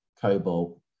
cobalt